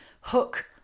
Hook